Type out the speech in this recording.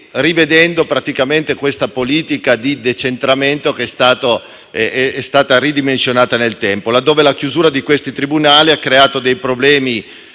rivedendo praticamente questa politica di decentramento, che è stata ridimensionata nel tempo, laddove la chiusura di questi tribunali ha creato dei problemi,